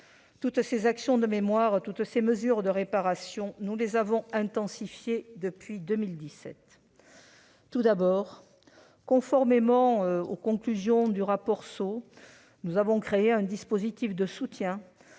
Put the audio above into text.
Toutes ces actions de mémoire, toutes ces mesures de réparation, nous les avons intensifiées depuis 2017. Conformément aux conclusions du rapport Ceaux, nous avons créé un dispositif de soutien